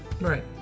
right